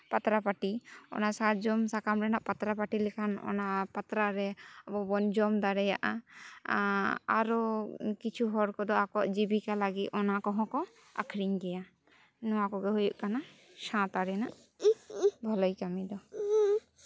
ᱯᱟᱛᱲᱟ ᱯᱟᱹᱴᱤ ᱚᱱᱟ ᱥᱟᱨᱡᱚᱢ ᱥᱟᱠᱟᱢ ᱨᱮᱱᱟᱜ ᱯᱟᱛᱲᱟ ᱯᱟᱹᱴᱤ ᱞᱮᱠᱷᱟᱱ ᱚᱱᱟ ᱯᱟᱛᱲᱟ ᱨᱮ ᱟᱵᱚ ᱵᱚᱱ ᱡᱚᱢ ᱫᱟᱲᱮᱭᱟᱜᱼᱟ ᱟᱨᱚ ᱠᱤᱪᱷᱩ ᱦᱚᱲ ᱠᱚᱫᱚ ᱟᱠᱚᱣᱟᱜ ᱡᱤᱵᱤᱠᱟ ᱞᱟᱹᱜᱤᱫ ᱚᱱᱟ ᱠᱚᱦᱚᱸ ᱠᱚ ᱟᱹᱠᱷᱨᱤᱧ ᱜᱮᱭᱟ ᱱᱚᱣᱟ ᱠᱚᱜᱮ ᱦᱩᱭᱩᱜ ᱠᱟᱱᱟ ᱥᱟᱶᱛᱟ ᱨᱮᱱᱟᱜ ᱵᱷᱟᱹᱞᱟᱹᱭ ᱠᱟᱹᱢᱤ ᱫᱚ